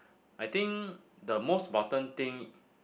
I think the most important thing